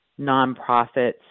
nonprofits